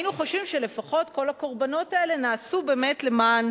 היינו חושבים שלפחות כל הקורבנות האלה נעשו למען